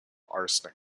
arsenic